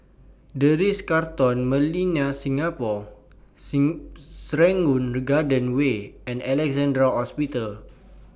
The Ritz Carlton Millenia Singapore Serangoon Garden Way and Alexandra Hospital